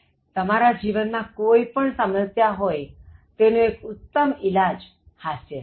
તો તમારા જીવનમાં કોઇ પણ સમસ્યા હોય તેનો એક ઉત્તમ ઇલાજ હાસ્ય છે